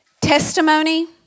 testimony